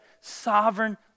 Sovereign